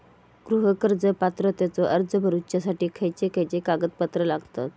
गृह कर्ज पात्रतेचो अर्ज भरुच्यासाठी खयचे खयचे कागदपत्र लागतत?